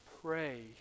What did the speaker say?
pray